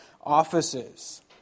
offices